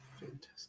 Fantastic